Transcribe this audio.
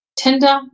Tinder